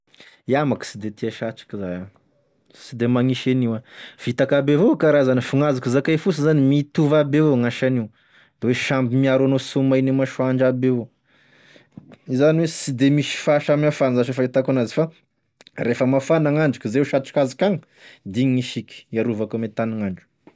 Iah manko sy de tia satroky zà, sy de magnisy an'io ah, fitaka aby avao e karazany fa gn'azoko zakay fosiny zany mitovy aby avao gn'asan'io, de oe samby miaro anao sy ho main'ny masoandro aby avao, zany oe sy de misy fahasamihafagny zasy e fahitako anazy fa refa mafana gn'andro ka zay satroky azok'agny, da igny gn'isiky hiarovako ame tagnin'andro.